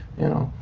you know,